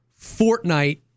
Fortnite